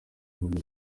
bihugu